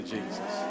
Jesus